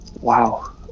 Wow